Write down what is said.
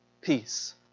Peace